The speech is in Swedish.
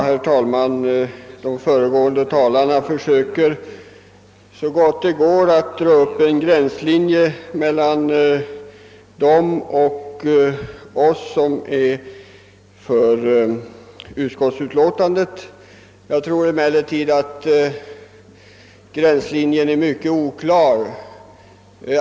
Herr talman! De föregående talarna har försökt så gott det går att dra upp en gränslinje mellan sig själva och oss som står för utskottsutlåtandet. Jag tror emellertid att gränslinjen är mycket oklar.